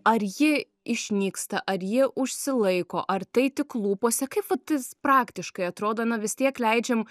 ar ji išnyksta ar ji užsilaiko ar tai tik lūpose kaip vat tas praktiškai atrodo na vis tiek leidžiam